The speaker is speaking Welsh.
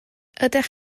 ydych